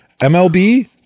MLB